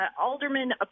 Alderman